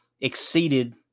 exceeded